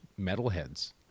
metalheads